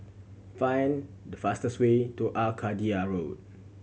find the fastest way to Arcadia Road